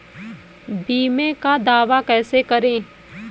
बीमे का दावा कैसे करें?